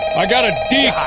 i got a d